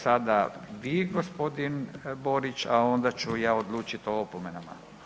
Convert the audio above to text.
Sada vi gospodin Borić, a onda ću ja odlučiti o opomenama.